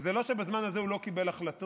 וזה לא שבזמן הזה הוא לא קיבל החלטות.